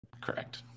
Correct